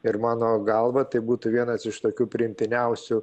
ir mano galva tai būtų vienas iš tokių priimtiniausių